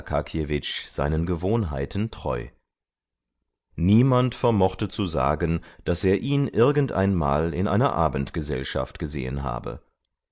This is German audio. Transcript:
seinen gewohnheiten treu niemand vermochte zu sagen daß er ihn irgendeinmal in einer abendgesellschaft gesehen habe